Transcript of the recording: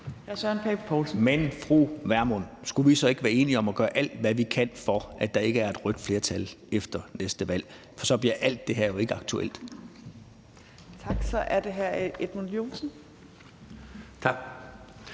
Pernille Vermund, skulle vi så ikke være enige om at gøre alt, hvad vi kan, for at der ikke er et rødt flertal efter næste valg, for så bliver alt det her jo ikke aktuelt? Kl. 15:39 Tredje næstformand